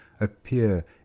appear